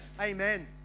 Amen